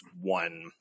one